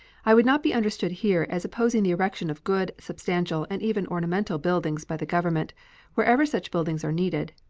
i would not be understood here as opposing the erection of good, substantial, and even ornamental buildings by the government wherever such buildings are needed.